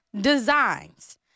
designs